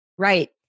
Right